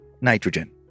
Nitrogen